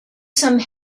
some